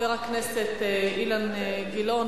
חבר הכנסת אילן גילאון,